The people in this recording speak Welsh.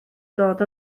dod